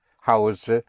Hause